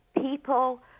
people